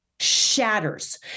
shatters